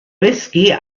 whisky